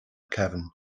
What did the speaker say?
cefn